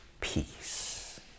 peace